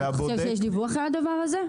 אתה חושב שיש דיווח על הדבר הזה?